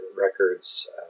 records